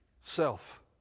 Self